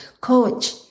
coach